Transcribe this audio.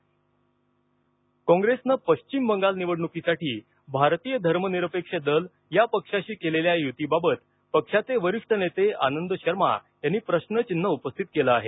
कॉंग्रेस पश्चिम बंगाल कॉंग्रेसनं पश्चिम बंगाल निवडणुकीसाठी भारतीय धर्मनिरपेक्ष दल या पक्षाशी केलेल्या युतीबाबत पक्षाचे वरिष्ठ नेते आनंद शर्मा यांनी प्रश्नचिन्ह उपस्थित केलं आहे